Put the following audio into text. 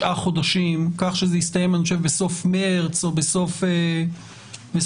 חודשים כך שזה יסתיים בסוף מרס או בסוף אפריל.